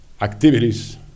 activities